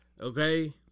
okay